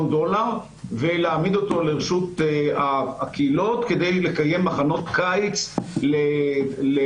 דולר ולהעמיד אותם לרשות הקהילות כדי לקיים מחנות קיץ לילדים